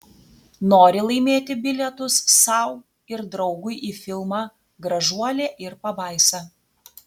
nori laimėti bilietus sau ir draugui į filmą gražuolė ir pabaisa